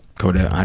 go to. i